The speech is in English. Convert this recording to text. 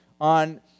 on